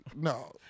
No